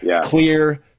clear